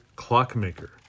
clockmaker